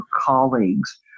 colleagues